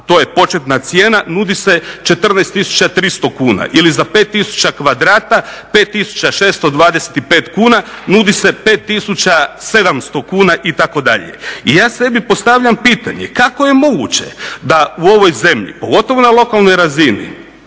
to je početna cijena, nudi se 14300 kuna, ili za 5tisuća kvadrata 5625 kuna nudi se 5700 kuna itd. I ja sebi postavljam pitanje kako je moguće da u ovoj zemlji pogotovo na lokalnoj razini,